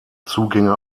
zugänge